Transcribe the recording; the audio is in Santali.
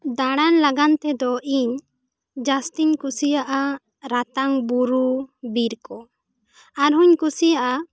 ᱫᱟᱬᱟᱱ ᱞᱟᱜᱟᱱ ᱛᱮᱫᱚ ᱤᱧ ᱡᱟᱹᱥᱛᱤᱧ ᱠᱤᱞᱩᱥᱤᱭᱟᱜᱼᱟ ᱨᱟᱛᱟᱝ ᱵᱩᱨᱩ ᱵᱤᱨ ᱠᱚ ᱟᱨ ᱦᱚᱧ ᱠᱩᱥᱤᱭᱟᱜ ᱟ